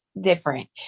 different